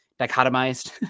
dichotomized